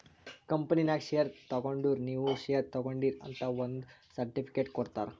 ಕಂಪನಿನಾಗ್ ಶೇರ್ ತಗೊಂಡುರ್ ನೀವೂ ಶೇರ್ ತಗೊಂಡೀರ್ ಅಂತ್ ಒಂದ್ ಸರ್ಟಿಫಿಕೇಟ್ ಕೊಡ್ತಾರ್